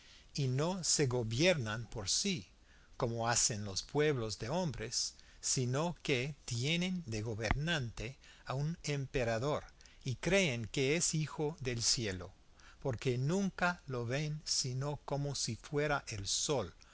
y no se gobiernan por sí como hacen los pueblos de hombres sino que tienen de gobernante a un emperador y creen que es hijo del cielo porque nunca lo ven sino como si fuera el sol